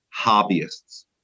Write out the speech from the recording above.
hobbyists